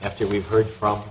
after we've heard from